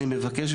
אני מבקש,